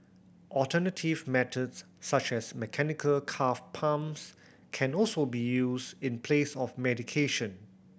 alternative methods such as mechanical calf pumps can also be used in place of medication